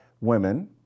women